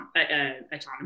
autonomous